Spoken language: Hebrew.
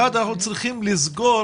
ראשית אנחנו צריכים לסגור